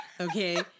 okay